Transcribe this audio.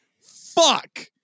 Fuck